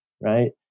right